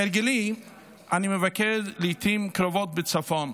כהרגלי אני מבקר לעיתים קרובות בצפון,